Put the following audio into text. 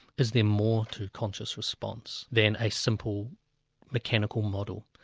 is there more to conscious response than a simple mechanical model?